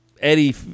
Eddie